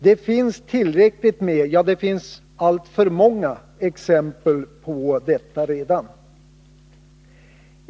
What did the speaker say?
Det finns redan tillräckligt med — ja, alltför många — exempel på detta.